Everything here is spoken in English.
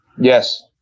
Yes